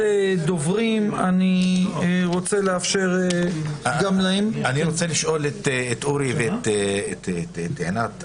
אני רוצה לשאול את אורי ואת ענת.